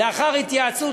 לאחר התייעצות,